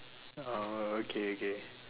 oh okay okay